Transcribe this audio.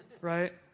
right